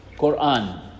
Qur'an